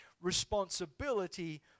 responsibility